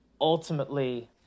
ultimately